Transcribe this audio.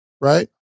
right